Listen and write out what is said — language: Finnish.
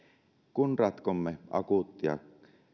kun ratkomme akuuttia